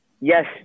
Yes